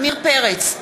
עמיר פרץ,